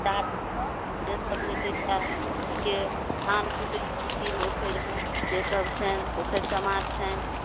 जारनिसँ से सब भेटैए देखिके धान कुटै छलखिन उखरिमे से सब छै उखड़ि समाँठ छै